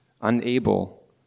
unable